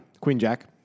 Queen-jack